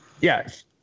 Yes